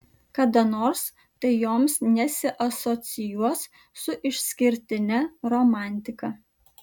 kada nors tai joms nesiasocijuos su išskirtine romantika